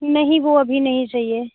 नहीं वह अभी नहीं चाहिए